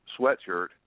sweatshirt